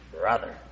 Brother